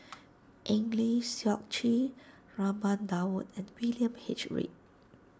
Eng Lee Seok Chee Raman Daud and William H Read